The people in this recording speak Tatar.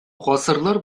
гасырлар